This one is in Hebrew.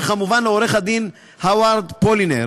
וכמובן לעורך הדין הווארד פולינר,